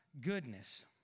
goodness